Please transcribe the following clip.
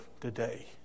today